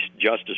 Justice